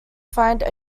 find